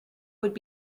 would